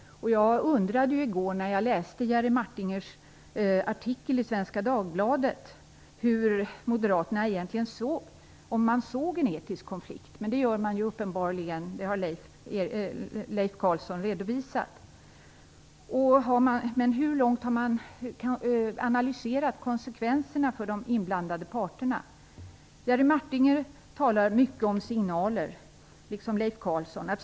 I går läste jag Jerry Martingers artikel i Svenska Dagbladet och jag undrade då hur Moderaterna egentligen såg detta - om man såg en etisk konflikt. Det gör man uppenbarligen, som Leif Carlson har redovisat. Men hur långt har man analyserat konsekvenserna för inblandade parter? Jerry Martinger talar mycket om signaler, liksom Leif Carlson gör.